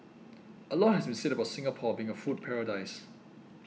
a lot has been said about Singapore being a food paradise